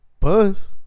Buzz